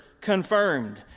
confirmed